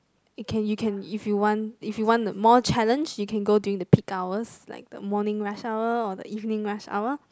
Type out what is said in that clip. you can you can if you want if you want more challenge you can go during the peak hours like the morning rush hour or the evening rush hour